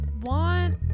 want